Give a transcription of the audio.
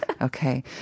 okay